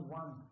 one